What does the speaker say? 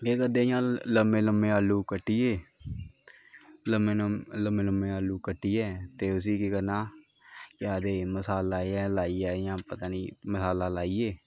केह् करदे इयां लम्में लम्में आलू कट्टियै लम्में लम्में लम्में लम्में आलू कट्टियै ते उसी केह् करना केह् आखदे मसाला जेहा लाइयै इ'यां पता निं मसाला लाइयै